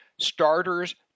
Starters